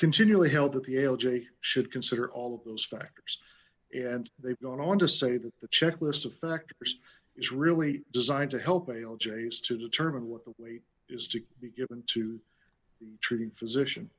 continually held the pale j should consider all of those factors and they've gone on to say that the checklist of factors is really designed to help bail jase to determine what the way is to be given to treating physician